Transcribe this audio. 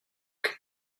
que